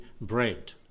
bread